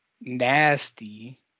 nasty